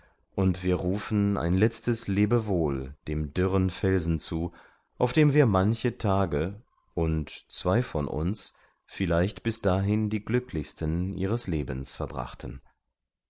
und wir rufen ein letztes lebewohl dem dürren felsen zu auf dem wir manche tage und zwei von uns vielleicht bis dahin die glücklichsten ihres lebens verbrachten